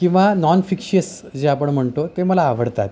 किंवा non fictions जे आपण म्हणतो ते मला आवडतात